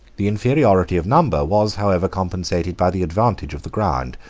the inferiority of number was, however, compensated by the advantage of the ground.